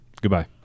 Goodbye